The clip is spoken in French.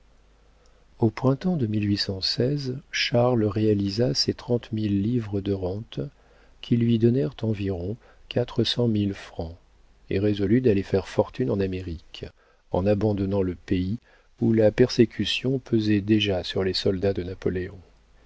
au printemps de charles réalisa ses trente mille livres de rentes qui lui donnèrent environ quatre cent mille francs et résolut d'aller faire fortune en amérique en abandonnant le pays où la persécution pesait déjà sur les soldats de napoléon